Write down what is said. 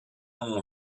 mon